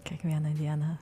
kiekvieną dieną